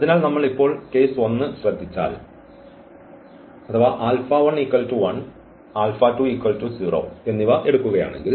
അതിനാൽ നമ്മൾ ഇപ്പോൾ കേസ് 1 ശ്രദ്ധിച്ചാൽ എന്നിവ എടുക്കുകയാണെങ്കിൽ